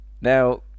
Now